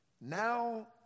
Now